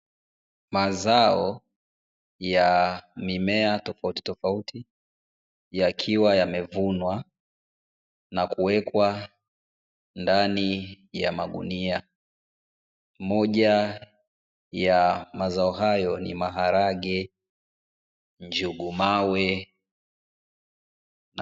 Mazao ya mimea tofautitofauti, yakiwa yamevunwa na kuwekwa ndani ya magunia moja ya mazao hayo ni maharage, njugu mawe.